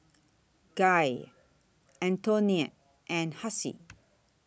Gail Antionette and Hassie